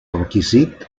requisit